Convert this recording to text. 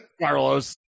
Carlos